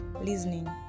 listening